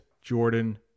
Jordan